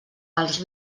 els